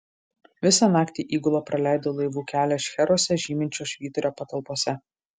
visą naktį įgula praleido laivų kelią šcheruose žyminčio švyturio patalpose